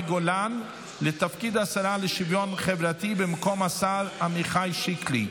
גולן לתפקיד השרה לשוויון חברתי במקום השר עמיחי שיקלי,